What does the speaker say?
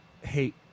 hate